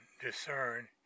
discern